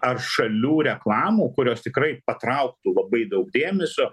ar šalių reklamų kurios tikrai patrauktų labai daug dėmesio